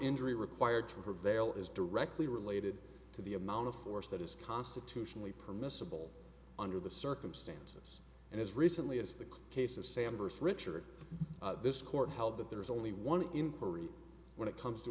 injury required her veil is directly related to the amount of force that is constitutionally permissible under the circumstances and as recently as the case of sam vs richard this court held that there is only one inquiry when it comes to